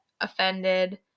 offended